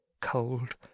cold